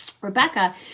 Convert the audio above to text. Rebecca